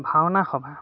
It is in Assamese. ভাওনা সভা